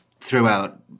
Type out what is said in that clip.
throughout